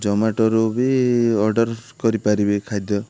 ଜମାଟୋରୁ ବି ଅର୍ଡ଼ର୍ କରିପାରିବେ ଖାଦ୍ୟ